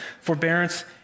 forbearance